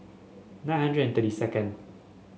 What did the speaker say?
nine hundred and thirty second